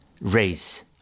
race